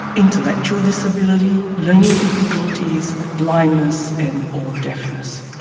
intellectual disability, learning difficulties, blindness and or deafness.